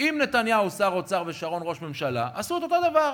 עם נתניהו שר האוצר ושרון ראש ממשלה עשו את אותו דבר.